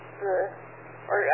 the—or